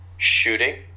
Shooting